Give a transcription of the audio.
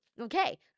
Okay